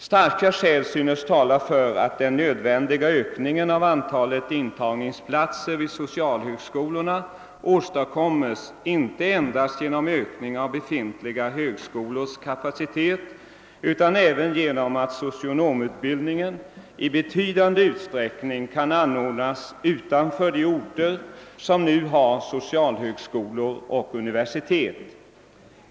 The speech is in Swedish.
Starka skäl synes tala för att den nödvändiga ökningen av antalet intagningsplatser vid socialhögskolorna åstadkommes inte endast genom ökning av befintliga högskolors kapacitet utan även genom att socionomutbildning i betydande utsträckning kan anordnas utanför de orter som nu har socialhögskolor och universitet.